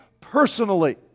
personally